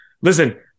Listen